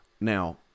now